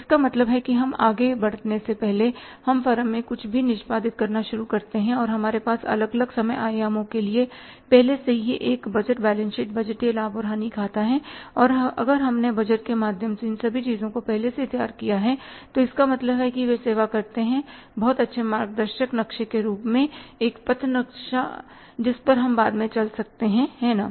इसका मतलब है कि हम आगे बढ़ने से पहले हम फर्म में कुछ भी निष्पादित करना शुरू करते हैं हमारे पास अलग अलग समय आयामो के लिए पहले से ही एक बजट बैलेंस शीट बजटीय लाभ और हानि खाता है और अगर हमने बजट के माध्यम से इन सभी चीजों को पहले से ही तैयार किया है तो इसका मतलब है कि वे सेवा करते हैं बहुत अच्छे मार्ग दर्शक नक्शे के रूप में एक पथनक्शा जिस पर हम बाद में चल सकते हैं है ना